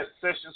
sessions